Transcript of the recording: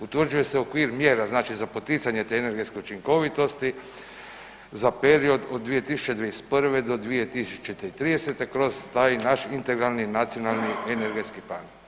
Utvrđuje se okvir mjera, znači za poticanje te energetske učinkovitosti, za period od 2021. do 2030. kroz taj naš integralni nacionalni energetski plan.